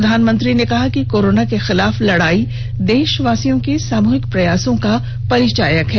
प्रधानमंत्री ने कहा कि कोरोना के खिलाफ लडाई देशवासियों के सामुहिक प्रयासों की परिचायक है